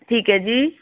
ਠੀਕ ਹੈ ਜੀ